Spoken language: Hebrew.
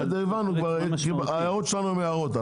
בסדר, הבנו, ההערות שלנו הן הערות.